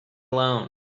alone